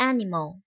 Animal